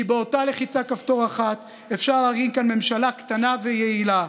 כי באותה לחיצת כפתור אחת אפשר להרים כאן ממשלה קטנה ויעילה,